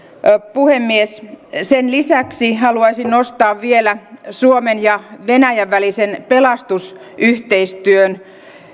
puhemies sen lisäksi haluaisin nostaa esiin vielä suomen ja venäjän välisen pelastusyhteistyön